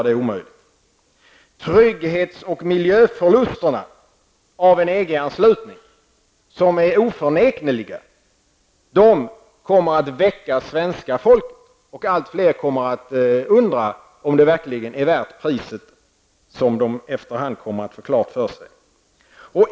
De trygghets och miljöförluster som är oförnekliga som en följd av EG-anslutning, kommer att väcka svenska folket. Allt fler kommer att undra om det verkligen är värt priset, som de efter hand kommer att få klart för sig.